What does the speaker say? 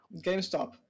GameStop